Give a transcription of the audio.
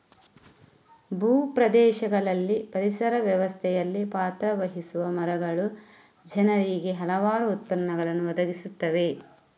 ಭೂ ಪ್ರದೇಶಗಳಲ್ಲಿ ಪರಿಸರ ವ್ಯವಸ್ಥೆಯಲ್ಲಿ ಪಾತ್ರ ವಹಿಸುವ ಮರಗಳು ಜನರಿಗೆ ಹಲವಾರು ಉತ್ಪನ್ನಗಳನ್ನು ಒದಗಿಸುತ್ತವೆ